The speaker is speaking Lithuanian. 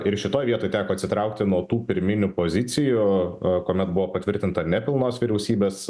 ir šitoj vietoj teko atsitraukti nuo tų pirminių pozicijų kuomet buvo patvirtinta nepilnos vyriausybės